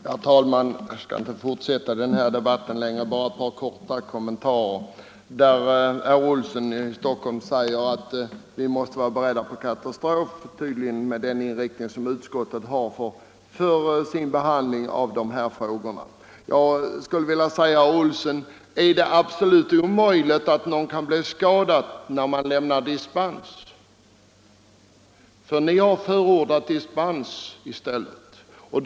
Herr talman! Jag skall inte fortsätta denna debatt längre. Jag vill bara göra ett par korta kommentarer. Herr Olsson i Stockholm menar tydligen att vi måste vara beredda på katastrofer, med den inriktning som utskottets behandling av dessa frågor har. Är det absolut omöjligt, herr Olsson, att någon kan komma till skada när man beviljar dispens? Herr Olssons partikamrater i utskottet förordar möjlighet att meddela dispens i vissa fall.